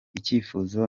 icyifuzo